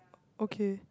okay